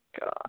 God